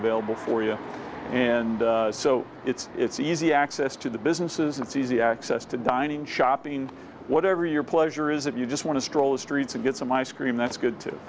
available for you and so it's it's easy access to the businesses it's easy access to dining shopping whatever your pleasure is that you just want to stroll the streets and get some ice cream that's good to